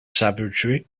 savagery